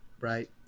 right